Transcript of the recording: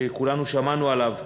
שכולנו שמענו עליו,